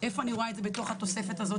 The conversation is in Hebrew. איפה אני רואה את זה בתוך התוספת הזאת